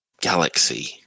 galaxy